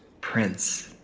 Prince